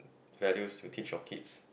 values you teach your kids